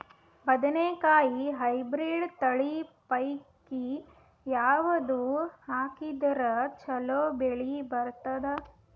ಬದನೆಕಾಯಿ ಹೈಬ್ರಿಡ್ ತಳಿ ಪೈಕಿ ಯಾವದು ಹಾಕಿದರ ಚಲೋ ಬೆಳಿ ಬರತದ?